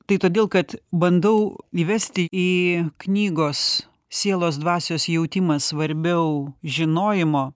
tai todėl kad bandau įvesti į knygos sielos dvasios jautimas svarbiau žinojimo